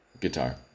Guitar